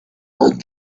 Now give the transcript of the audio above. and